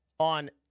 On